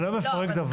אני לא מפרק דבר.